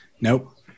Nope